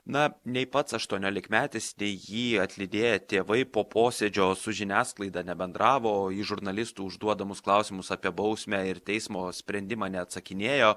na nei pats aštuoniolikmetis nei jį atlydėję tėvai po posėdžio su žiniasklaida nebendravo į žurnalistų užduodamus klausimus apie bausmę ir teismo sprendimą neatsakinėjo